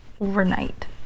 overnight